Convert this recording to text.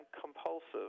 compulsive